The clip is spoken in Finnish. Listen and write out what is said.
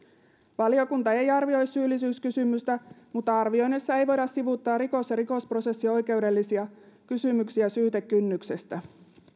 valiokunta ei arvioi syyllisyyskysymystä mutta arvioinnissa ei voida sivuuttaa rikos ja rikosprosessioikeudellisia kysymyksiä syytekynnyksestä